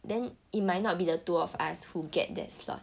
then it might not be the two of us who get that slot